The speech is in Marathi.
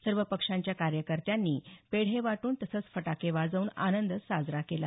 सर्व पक्षांच्या कार्यकर्त्यांनी पेढे वाटून तसंच फटाके वाजवून आंनद साजरा केला